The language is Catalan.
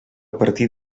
partir